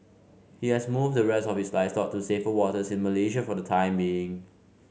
he has moved the rest of his livestock to safer waters in Malaysia for the time being